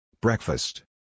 Breakfast